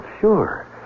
Sure